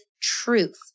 truth